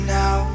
now